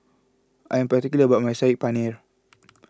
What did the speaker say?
I am particular about my Saag Paneer